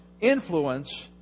influence